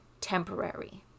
temporary